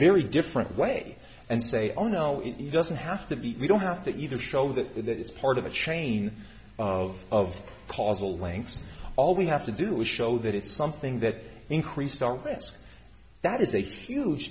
very different way and say oh no it doesn't have to be we don't have that either show that it's part of a chain of causal links all we have to do is show that it's something that increased our press that is a huge